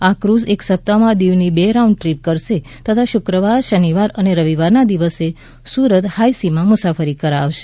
આ ફ્રઝ એક સપ્તાહમાં દીવની બે રાઉન્ડ ટ્રીપ કરશે તથા શુક્રવાર શનિવાર અને રવિવારના દિવસે સુરત હાઇ સીમાં મુસાફરી કરાવશે